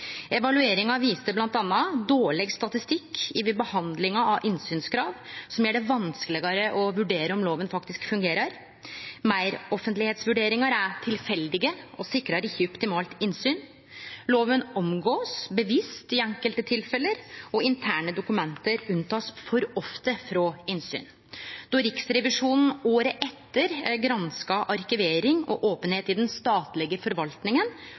Evalueringa viste bl.a.: dårleg statistikk ved behandling av innsynskrav, som gjer det vanskelegare å vurdere om lova faktisk fungerer at meiroffentlegheitsvurderingar er tilfeldige og ikkje sikrar optimalt innsyn at lova blir omgått – bevisst i enkelte tilfelle – og interne dokument blir unnatekne for ofte frå innsyn Då Riksrevisjonen året etter granska arkivering og openheit i den statlege